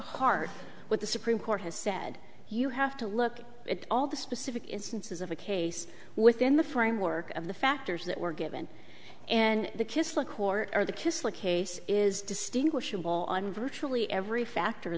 heart with the supreme court has said you have to look at all the specific instances of a case within the framework of the factors that were given and the kiss the court or the kistler case is distinguishable on virtually every factor